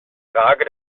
frage